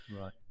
Right